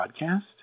podcast